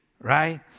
right